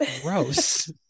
gross